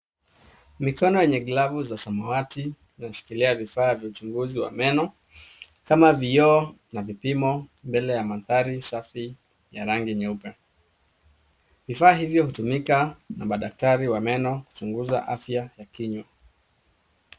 Mikono yenye glavu za samawati la kushikilia vifaa vya uchunguzi wa meno kama vioo na vipimo mbele ya mandhari safi ya rangi nyeupe. Vifaa hivyo hutumika na madaktari wa meno kuchunguza afya ya kinywa.